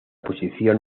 posición